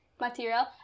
material